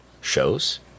shows